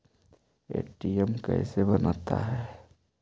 ATM कैसे बनता?